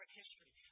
history